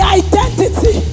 identity